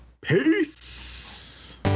Peace